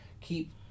keep